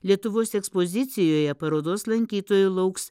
lietuvos ekspozicijoje parodos lankytojų lauks